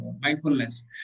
mindfulness